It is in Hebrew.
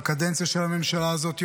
בקדנציה של הממשלה הזאת,